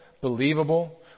believable